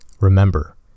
Remember